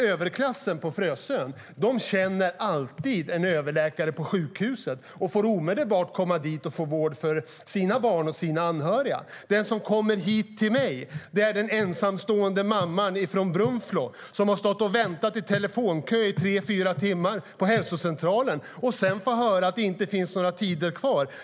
Överklassen på Frösön känner alltid en överläkare på sjukhuset och får omedelbart komma dit och få vård för sina barn och anhöriga. Den som kommer hit till mig är den ensamstående mamman från Brunflo som har väntat i telefonkö till hälsocentralen i tre fyra timmar och sedan fått höra att det inte finns några tider kvar.